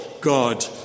God